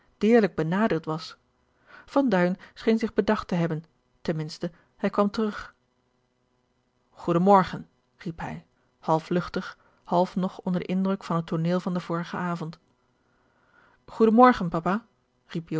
deerlijk benadeeld was van duin scheen zich bedacht te hebben ten minste hij kwam terug goeden morgen riep hij half luchtig half nog onder den indruk van het tooneel van den vorigen avond goeden morgen papa